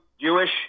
Jewish